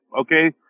Okay